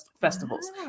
festivals